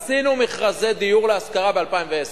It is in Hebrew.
עשינו מכרזי דיור להשכרה ב-2010,